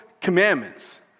commandments